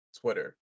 Twitter